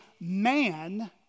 man